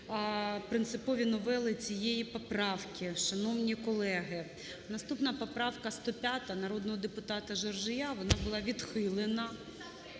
принципові новели цієї поправки, шановні колеги. Наступна поправка 105 народного депутата Журжія, вона була відхилена.